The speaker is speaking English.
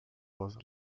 was